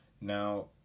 Now